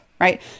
right